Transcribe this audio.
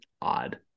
odd